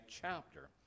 chapter